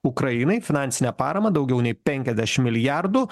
ukrainai finansinę paramą daugiau nei penkiasdešim milijardų